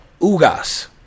Ugas